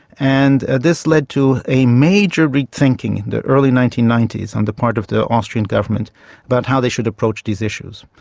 and this led to a major rethinking in the early nineteen ninety s on the part of the austrian government about how they should approach these issues,